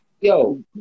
Yo